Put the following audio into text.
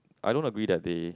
I don't agree that they